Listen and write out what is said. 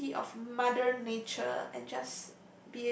beauty of Mother Nature and just